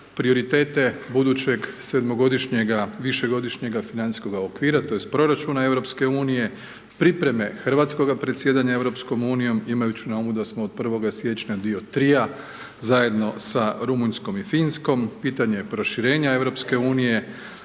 prioritete budućeg 7 godišnjega, višegodišnjega financijskog okvira tj. proračuna EU, pripreme hrvatskoga predsjedanja EU imajući na umu da smo od 1. siječnja dio trija zajedno sa Rumunjskom i Finskom, pitanje proširenja EU,